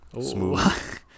Smooth